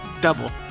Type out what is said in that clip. double